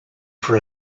for